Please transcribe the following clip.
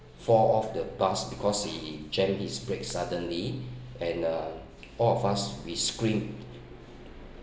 fall off the bus because he jammed his brakes suddenly and uh all of us we screamed